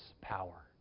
power